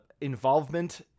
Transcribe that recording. involvement